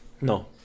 No